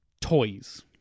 toys